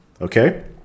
Okay